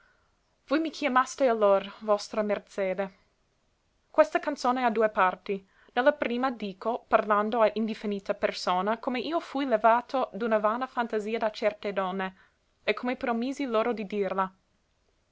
voi mi chiamaste allor vostra merzede questa canzone ha due parti ne la prima dico parlando a indiffinita persona come io fui levato d'una vana fantasia da certe donne e come promisi loro di dirla